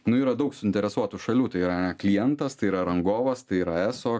nu yra daug suinteresuotų šalių tai yra klientas tai yra rangovas tai yra eso